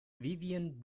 vivien